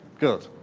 good.